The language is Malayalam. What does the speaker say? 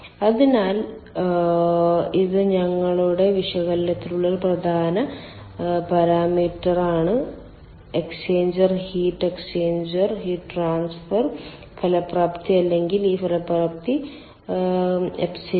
അതിനാൽ ഇത് ഞങ്ങളുടെ വിശകലനത്തിനുള്ള ഒരു പ്രധാന പാരാമീറ്ററാണ് exchanger heat exchanger heat transfer ഫലപ്രാപ്തി അല്ലെങ്കിൽ ഈ ഫലപ്രാപ്തി എപ്സിലോൺ